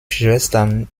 schwestern